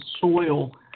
soil